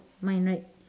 mine right